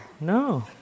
No